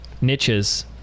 niches